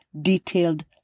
detailed